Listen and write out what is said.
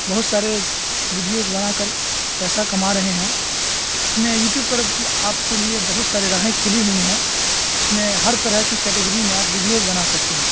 بہت سارے ویڈیوز بنا کر پیسہ کما رہے ہیں اس میں یو ٹیوب پر آپ کے لیے بہت سارے راہیں کھلی ہوئی ہیں اس میں ہر طرح کی کٹیگری میں آپ ویڈیوز بنا سکتے ہیں